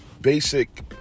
basic